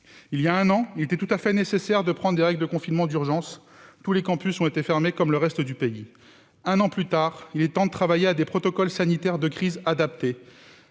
Il y a un an, il était tout à fait nécessaire de prendre des règles de confinement d'urgence. Tous les campus ont été fermés, comme le reste du pays. Un an plus tard, il est temps de travailler à des protocoles sanitaires de crise adaptés,